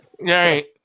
right